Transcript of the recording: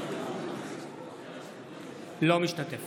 אינו משתתף